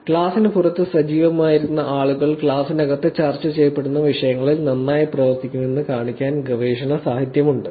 ക്ലാസിന് പുറത്ത് സജീവമായിരുന്ന ആളുകൾ ക്ലാസിനകത്ത് ചർച്ച ചെയ്യപ്പെടുന്ന വിഷയങ്ങളിൽ നന്നായി പ്രവർത്തിക്കുന്നുവെന്ന് കാണിക്കാൻ ഗവേഷണ സാഹിത്യമുണ്ട്